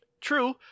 True